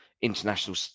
international